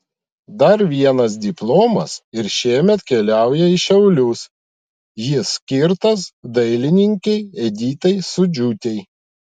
dar vienas diplomas ir šiemet keliauja į šiaulius jis skirtas dailininkei editai sūdžiūtei